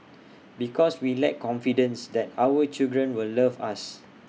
because we lack confidence that our children will love us